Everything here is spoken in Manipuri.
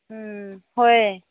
ꯎꯝ ꯍꯣꯏ